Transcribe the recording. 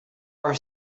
are